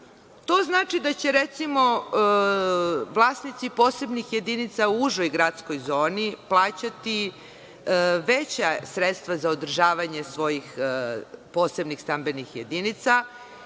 To znači da će, recimo, vlasnici posebnih jedinica u užoj gradskoj zoni plaćati veća sredstva za održavanje svojih posebnih stambenih jedinica,